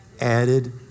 added